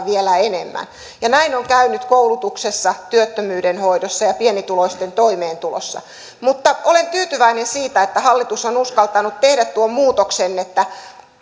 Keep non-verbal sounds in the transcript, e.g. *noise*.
*unintelligible* vielä enemmän näin on käynyt koulutuksessa työttömyyden hoidossa ja pienituloisten toimeentulossa mutta olen tyytyväinen siitä että hallitus on uskaltanut tehdä tuon muutoksen että